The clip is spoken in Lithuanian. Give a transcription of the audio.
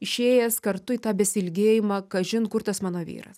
išėjęs kartu į tą besiilgėjimą kažin kur tas mano vyras